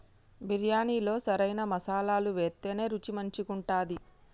బిర్యాణిలో సరైన మసాలాలు వేత్తేనే రుచి మంచిగుంటది